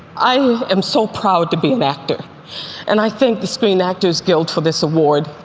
i am so proud to be an actor and i thank the screen actors guild for this award.